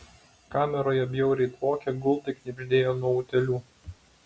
kameroje bjauriai dvokė gultai knibždėjo nuo utėlių